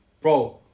bro